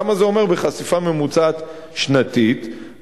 כמה זה אומר בחשיפה ממוצעת שנתית,